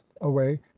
away